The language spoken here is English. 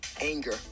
anger